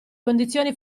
condizioni